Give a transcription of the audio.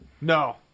No